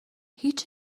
هیچ